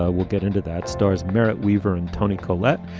ah we'll get into that star's merritt wever and toni collette.